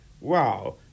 wow